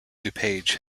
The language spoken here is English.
dupage